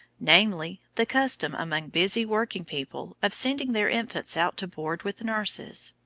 namely, the custom among busy working-people of sending their infants out to board with nurses.